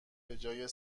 بجای